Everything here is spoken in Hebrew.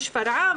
שפרעם,